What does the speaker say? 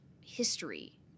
history